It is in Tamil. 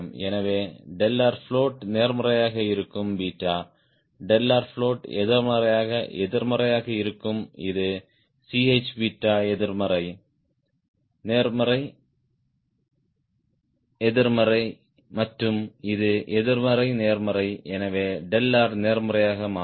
எனவே float நேர்மறையாக இருக்கும் 𝛽 float எதிர்மறையாக இருக்கும் இது Ch நேர்மறை எதிர்மறை நேர்மறை எதிர்மறை மற்றும் இது எதிர்மறை நேர்மறை எனவே r நேர்மறையாக மாறும்